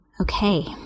okay